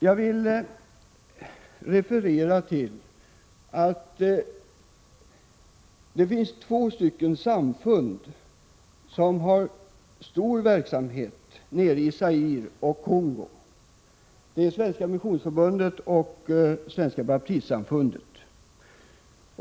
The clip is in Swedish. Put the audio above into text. Jag vill vidare referera till två samfund som har stor verksamhet i Zaire och Kongo, nämligen Svenska Missionsförbundet och Svenska Baptistsamfundet.